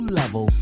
level